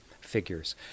figures